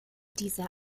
dieser